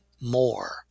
more